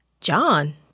John